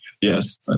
yes